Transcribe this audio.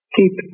Keep